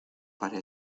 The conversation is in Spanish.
para